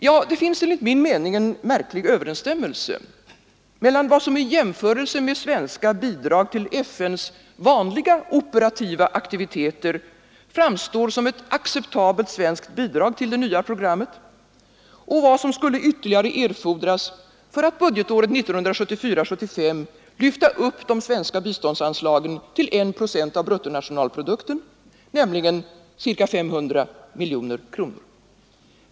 Ja, det finns en märklig överensstämmelse mellan vad som i jämförelse med svenska bidrag till FN:s vanliga operativa aktiviteter framstår som ett acceptabelt svenskt bidrag till det nya programmet och vad som skulle ytterligare erfordras för att budgetåret 1974/75 lyfta upp de svenska biståndsanslagen till I procent av bruttonationalprodukten, nämligen ca 500 miljoner kronor.